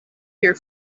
here